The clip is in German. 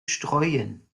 streuen